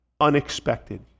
unexpected